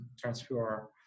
transfer